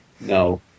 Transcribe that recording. no